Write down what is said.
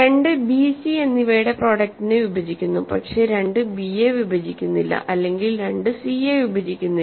2 B C എന്നിവയുടെ പ്രൊഡക്ടിനെ വിഭജിക്കുന്നു പക്ഷേ 2 ബി യെ വിഭജിക്കുന്നില്ല അല്ലെങ്കിൽ 2 സി യെ വിഭജിക്കുന്നില്ല